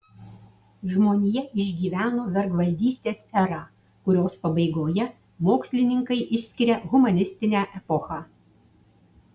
žmonija išgyveno vergvaldystės erą kurios pabaigoje mokslininkai išskiria humanistinę epochą